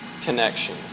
connection